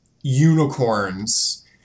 unicorns